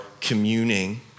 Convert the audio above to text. communing